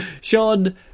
Sean